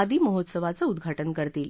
आदि महोत्सवाचं उद्दाटन करतील